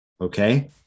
Okay